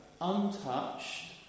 untouched